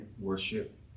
worship